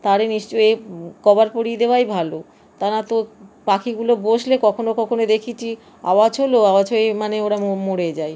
তারে নিশ্চয়ই কভার পরিয়ে দেওয়াই ভালো তা না তো পাখিগুলো বসলে কখনো কখনো দেখেছি আওয়াজ হলো আওয়াজ হয়ে মানে ওরা মরে যায়